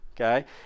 okay